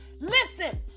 Listen